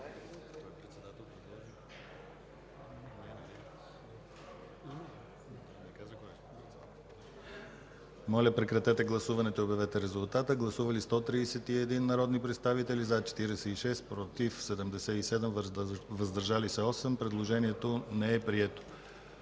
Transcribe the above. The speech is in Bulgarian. Моля, прекратете гласуването и обявете резултата. Гласували 74 народни представители: за 27, против 33, въздържали се 14. Предложението не е прието.